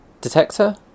detector